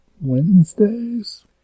Wednesdays